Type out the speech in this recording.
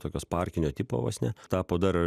tokios parkinio tipo vos ne tapo dar